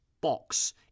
box